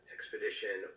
Expedition